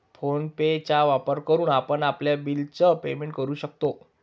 phone पे चा वापर करून आपण आपल्या बिल च पेमेंट करू शकतो